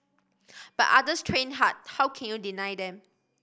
but others train hard how can you deny them